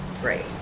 great